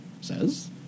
says